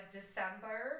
December